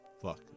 Fuck